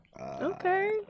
Okay